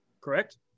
Correct